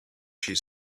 she